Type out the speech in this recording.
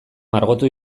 margotu